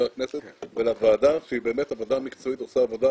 הכנסת ולוועדה שהיא באמת ועדה מקצועית ועושה עבודה